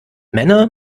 männer